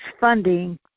funding